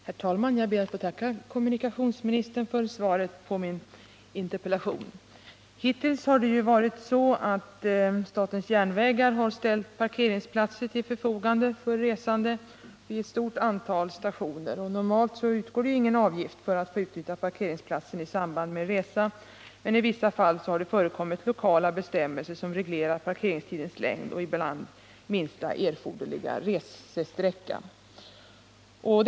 Herr talman! Jag ber att få tacka kommunikationsministern för svaret på min interpellation. Hittills har statens järnvägar ställt parkeringsplatser till förfogande för resande vid ett stort antal stationer. Normalt utgår ingen avgift för att man skall få utnyttja parkeringsplatsen i samband med resa, men i vissa fall finns lokala bestämmelser som reglerar parkeringstidens längd och ibland minsta erforderliga resesträcka.